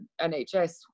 NHS